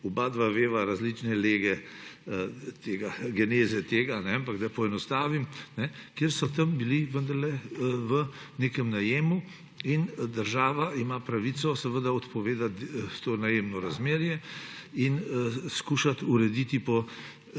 obadva veva različne lege geneze tega, ampak da poenostavim, ker so tam bili vendarle v nekem najemu in država ima pravico odpovedati najemno razmerje in skušati urediti po